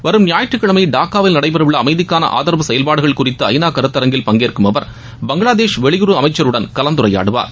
வரும் ஞாயிற்றக்கிழமை டாக்காவில் நடைபெறவுள்ள அமைதிக்காள ஆதரவு செயல்பாடுகள் குறித்த ஐ நா கருத்தரங்கில் பங்கேற்கும் அவர் பங்களாதேஷ் வெளியுறவு அமைச்சருடனும் கலந்துரையாடுவார்